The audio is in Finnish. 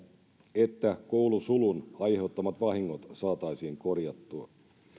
että koulusulun aiheuttamat vahingot saataisiin korjattua